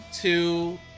two